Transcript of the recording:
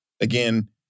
again